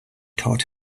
taught